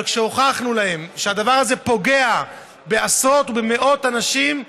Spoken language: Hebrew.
אבל כשהוכחנו להם שהדבר הזה פוגע בעשרות ובמאות אנשים,